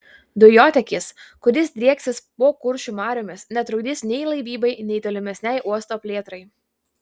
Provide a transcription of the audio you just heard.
dujotiekis kuris drieksis po kuršių mariomis netrukdys nei laivybai nei tolimesnei uosto plėtrai